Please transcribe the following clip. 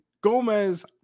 gomez